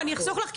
אני אחסוך לך.